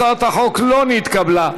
הצעת החוק לא נתקבלה.